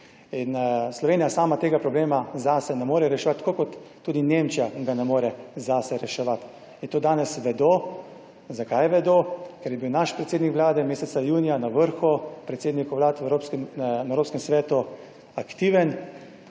Slovenija sama tega problema zase ne more reševati, tako kot tudi Nemčija ga ne more zase reševati. In to danes vedo. Zakaj vedo? Ker je bil naš predsednik Vlade meseca junija na vrhu predsednikov vlad na Evropskem svetu aktiven,